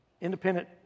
independent